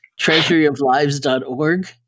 treasuryoflives.org